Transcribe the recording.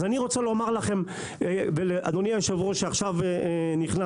11:23) אז אני רוצה לומר לכם ולאדוני היושב-ראש שעכשיו נכנס.